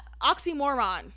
Oxymoron